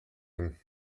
him